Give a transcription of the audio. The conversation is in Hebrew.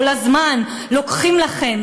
כל הזמן לוקחים לכם,